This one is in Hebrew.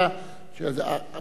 פה הרי יש גם שיקולים,